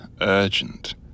urgent